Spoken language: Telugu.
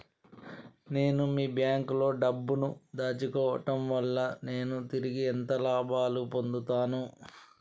నేను మీ బ్యాంకులో డబ్బు ను దాచుకోవటం వల్ల నేను తిరిగి ఎంత లాభాలు పొందుతాను?